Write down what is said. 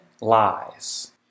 lies